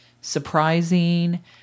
surprising